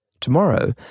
Tomorrow